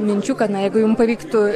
minčių kad na jeigu jum pavyktų